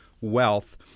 Wealth